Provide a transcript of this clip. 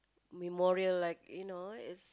memorial like you know it's